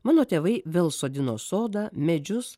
mano tėvai vėl sodino sodą medžius